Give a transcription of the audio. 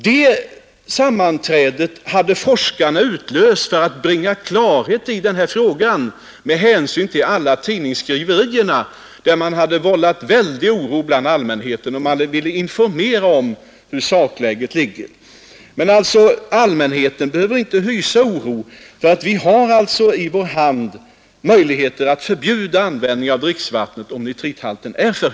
Det sammanträdet hade forskarna utlyst för att bringa klarhet i den här fragan med hänsyn till alla tidningsskiiverier som vallat stor oro bland allmänheten. Forskarna ville alltsa intormera om sakläget. Men allmänheten behöver inte hysa oro. ty vi har i var hand molligheter att förbjuda användning av dricksvatten med för hög nitrathalt.